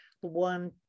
one